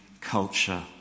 culture